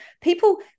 People